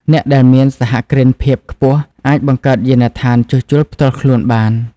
អ្នកដែលមានសហគ្រិនភាពខ្ពស់អាចបង្កើតយានដ្ឋានជួសជុលផ្ទាល់ខ្លួនបាន។